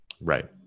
Right